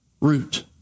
root